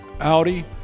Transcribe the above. Audi